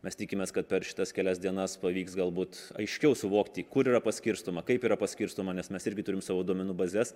mes tikimės kad per šitas kelias dienas pavyks galbūt aiškiau suvokti kur yra paskirstoma kaip yra paskirstoma nes mes irgi turim savo duomenų bazes